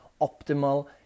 optimal